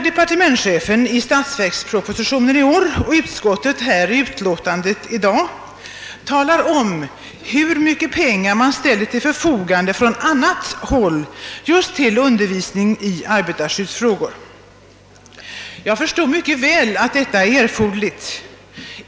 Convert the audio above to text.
verkspropositionen och utskottet i utlåtandet här i dag talar om hur mycket pengar man ställer till förfogande från annat håll till undervisning i arbetarskyddsfrågor. Jag förstår mycket väl att detta är erforderligt.